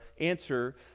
answer